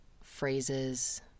phrases